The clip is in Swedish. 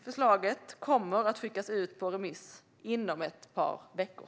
Förslaget kommer att skickas ut på remiss inom ett par veckor.